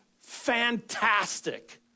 fantastic